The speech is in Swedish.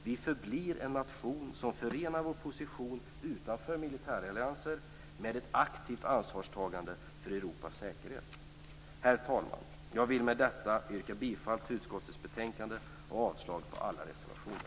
Vi förblir en nation som förenar vår position utanför militärallianser med ett aktivt ansvarstagande för Herr talman! Jag vill med detta yrka bifall till utskottets hemställan och avslag på alla reservationer.